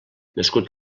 nascut